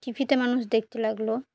টি ভিতে মানুষ দেখতে লাগল